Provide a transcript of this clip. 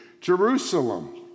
Jerusalem